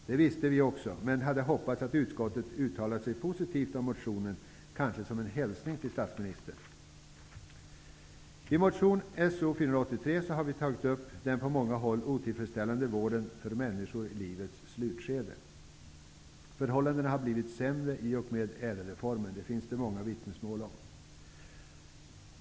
Det visste vi också, men vi hade hoppats att utskottet skulle uttala sig positivt om motionen, kanske som en hälsning till statsministern. I motion So483 har vi tagit upp den på många håll otillfredsställande vården av människor i livets slutskede. Förhållandena har blivit sämre i och med ÄDEL-reformen -- det finns det många vittnesmål om.